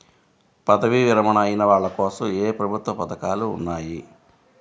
పదవీ విరమణ అయిన వాళ్లకోసం ఏ ప్రభుత్వ పథకాలు ఉన్నాయి?